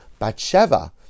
Batsheva